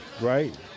right